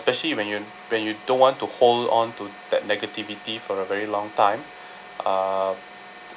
when you when you don't want to hold on to that negativity for a very long time uh